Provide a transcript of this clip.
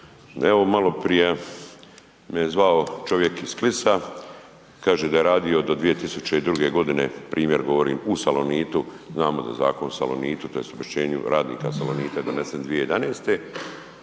Evo maloprija me je zvao čovjek iz Klisa, kaže da je radio do 2002.g., primjer govorim u Salonitu, znamo da je Zakon o Salonitu tj. obeštećenju radnika Salonita donesen 2011.